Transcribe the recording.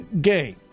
gay